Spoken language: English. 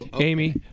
Amy